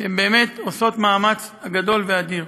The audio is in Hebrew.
שבאמת עושות מאמץ גדול ואדיר.